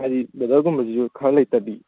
ꯍꯥꯏꯗꯤ ꯕ꯭ꯔꯗꯔꯒꯨꯝꯕꯁꯤꯁꯨ ꯈꯔ ꯂꯩꯇ꯭ꯔꯗꯤ